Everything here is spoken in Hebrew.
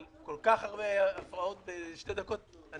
אבל עם כל כך הרבה הפרעות בשתי דקות אני מתקשה,